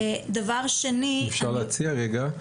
אם אפשר להציע רגע.